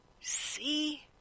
see